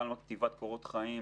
כתיבת קורות חיים,